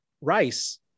rice